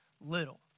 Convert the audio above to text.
little